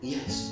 Yes